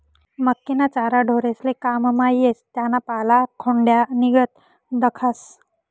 मक्कीना चारा ढोरेस्ले काममा येस त्याना पाला खोंड्यानीगत दखास